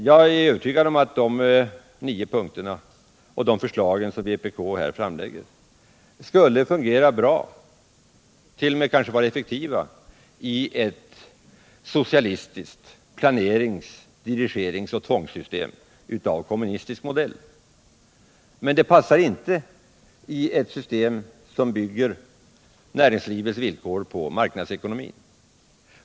Jag är övertygad om att förslagen i dessa nio punkter skulle fungera bra och t.o.m. kanske vara effektiva i ett socialistiskt planerings-, dirigeringsoch tvångssystem av kommunistisk modell. Men de passar inte i ett system som bygger näringslivets villkor på en marknadsekonomi.